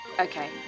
Okay